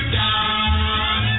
down